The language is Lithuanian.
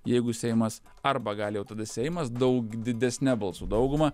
jeigu seimas arba gali jau tada seimas daug didesne balsų dauguma